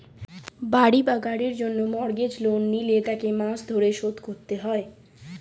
বাড়ি বা গাড়ির জন্য মর্গেজ লোন নিলে তাকে মাস ধরে শোধ করতে হয়